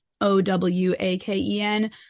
O-W-A-K-E-N